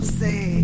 say